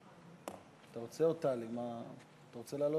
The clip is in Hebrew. כפי שהוזכר